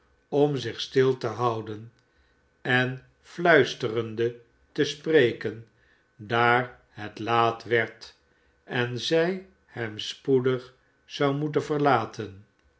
om zich stil te houden en fluisterende te spreken daar het laat werd en zij hem spoedig zou moeten verlaten